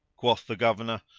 quoth the governor,